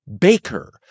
Baker